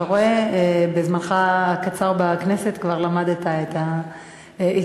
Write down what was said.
אתה רואה, בזמנך הקצר בכנסת כבר למדת את ההתנהלות.